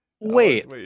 Wait